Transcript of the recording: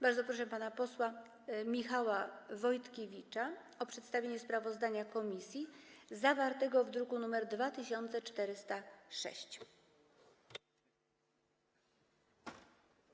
Bardzo proszę pana posła Michała Wojtkiewicza o przedstawienie sprawozdania komisji, zawartego w druku nr 2406.